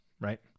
Right